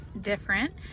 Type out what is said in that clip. different